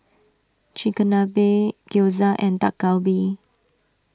Chigenabe Gyoza and Dak Galbi